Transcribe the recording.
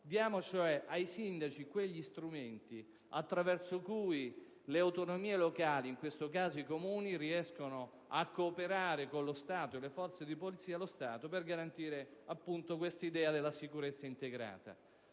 cioè ai sindaci quegli strumenti attraverso cui le autonomie locali, in questo caso i Comuni, riescono a cooperare con le forze di polizia e lo Stato per realizzare questa idea della sicurezza integrata.